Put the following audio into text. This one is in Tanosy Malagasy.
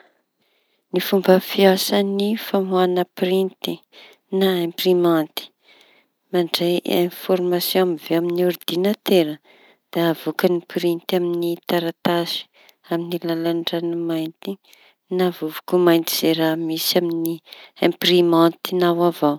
Ny fomba fiasan'ny famohaña printy na aimprimanty mandray aiforamsiô avy amin'ny ordinatera. Da avoaky printy amin'ny taratasy amin'ny alalany ranomaïnty na vovoka maïnty zay raha misy amy aimprimantiñao avao.